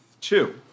two